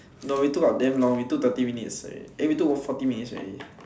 no we took up damn long we took thirty minutes already eh we took forty minutes already